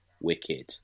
Wicked